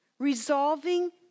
resolving